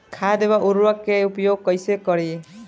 खाद व उर्वरक के उपयोग कईसे करी?